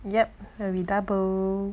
yup readable